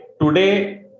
Today